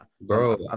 Bro